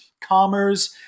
commerce